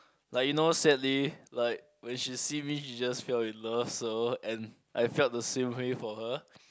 like you know sadly like when she see me she just fell in love so and I felt the same way for her